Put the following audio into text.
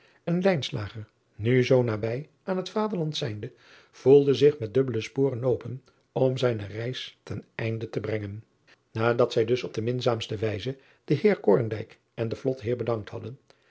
en nu zoo nabij aan het vaderland zijnde voelde zich met dubbele sporen nopen om zijne reis ten einde te brengen adat zij dus op de minzaamste wijse den eer en den lotheer bedankt had